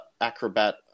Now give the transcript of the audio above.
Acrobat